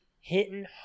hitting